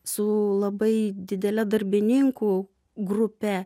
su labai didele darbininkų grupe